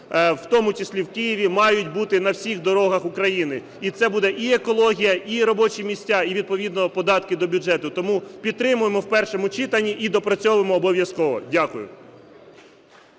в тому числі в Києві, мають бути на всіх дорогах України. І це буде і екологія, і робочі місця, і відповідно податки до бюджету. Тому підтримаємо в першому читанні і допрацьовуємо обов'язково. Дякую.